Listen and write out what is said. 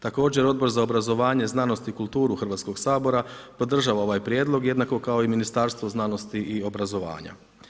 Također Odbor za obrazovanje, znanost i kulturu Hrvatskoga sabora podržava ovaj prijedlog jednako kao i Ministarstvo znanosti i obrazovanja.